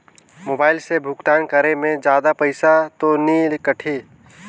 Mobile से भुगतान करे मे जादा पईसा तो नि कटही?